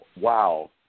wow